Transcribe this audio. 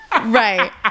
right